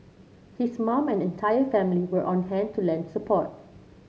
his mum and entire family were on hand to lend support